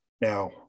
Now